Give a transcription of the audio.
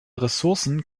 ressourcen